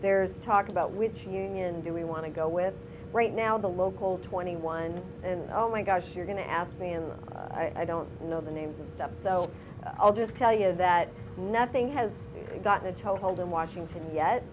there's talk about which union do we want to go with right now the local twenty one and oh my gosh you're going to ask me and i don't know the names of stuff so i'll just tell you that nothing has got a toehold in washington yet